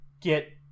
get